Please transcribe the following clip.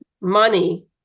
money